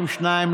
שניים.